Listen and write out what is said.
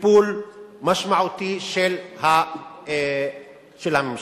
טיפול משמעותי של הממשלה.